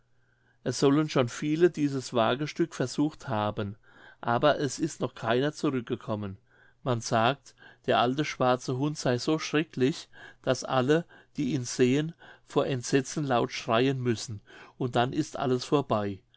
es sollen schon viele dieses wagestück versucht haben aber es ist noch keiner zurückgekommen man sagt der alte schwarze hund sey so schrecklich daß alle die ihn sehen vor entsetzen laut schreien müssen und dann ist alles vorbei